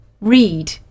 read